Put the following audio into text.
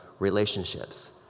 relationships